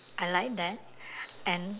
I like that and